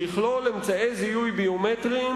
שיכלול אמצעי זיהוי ביומטריים